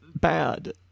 bad